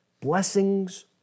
blessings